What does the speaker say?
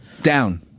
Down